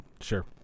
Sure